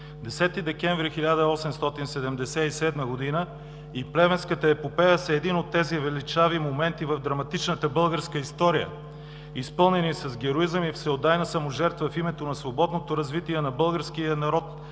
декември 1877 г. и Плевенската епопея са един от тези величави моменти в драматичната българска история, изпълнени с героизъм и всеотдайна саможертва в името на свободното развитие на българския народ